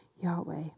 Yahweh